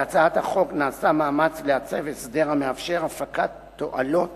בהצעת החוק נעשה מאמץ לעצב הסדר המאפשר הפקת תועלות